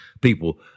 people